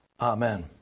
Amen